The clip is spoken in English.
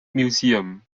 museum